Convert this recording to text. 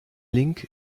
link